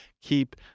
Keep